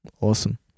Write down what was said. awesome